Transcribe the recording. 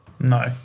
No